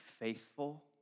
faithful